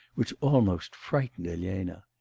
which almost frightened elena,